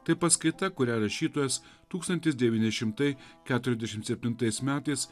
tai paskaita kurią rašytojas tūkstantis devyni šimtai keturiasdešimt septintais metais